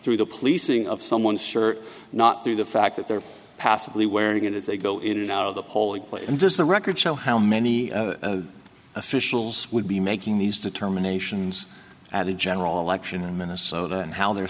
through the policing of someone's sure not through the fact that they're possibly wearing it if they go in and out of the polling place and does the record show how many officials would be making these determinations at a general election in minnesota and how they're